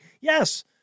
Yes